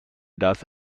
das